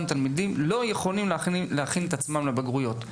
תלמידים לא יכולים להכין את עצמם לבגרויות.